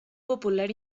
popular